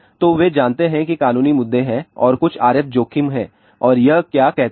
तो वे जानते हैं कि कानूनी मुद्दे हैं और कुछ RF जोखिम हैं और यह क्या कहता है